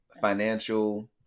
financial